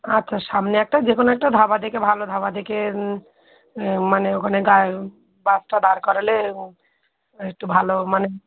আচ্ছা সামনে একটা যে কোনো একটা ধাবা দেখে ভালো ধাবা দেখে মানে ওখানে গা বাসটা দাঁড় করালে একটু ভালো মানে